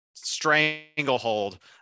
stranglehold